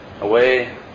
away